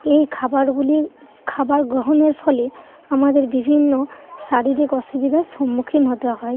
এই খাবারগুলি খাবার গ্রহণের ফলে আমাদের বিভিন্ন শারীরিক অসুবিধার সম্মুখীন হতে হয়